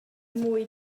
mwy